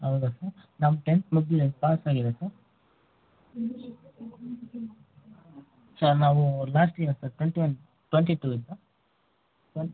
ಹೌದ ಸರ್ ನಮ್ಮ ಟೆಂತ್ ಮುಗಿದಿದೆ ಪಾಸ್ ಆಗಿದೆ ಸರ್ ಸರ್ ನಾವು last year sir twenty one twenty two ಇಂದ ಸರ್